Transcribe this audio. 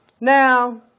Now